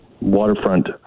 waterfront